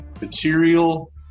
Material